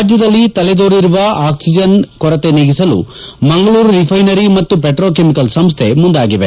ರಾಜ್ಯದಲ್ಲಿ ತಲೆದೋರಿರುವ ವೈದ್ಯಕೀಯ ಆಕ್ಸಿಜನ್ ಕೊರತೆ ನೀಗಿಸಲು ಮಂಗಳೂರು ರಿಫೈನರಿ ಮತ್ತು ಪೆಟ್ರೋಕೆಮಿಕಲ್ಸ್ ಸಂಸ್ಡೆ ಮುಂದಾಗಿದೆ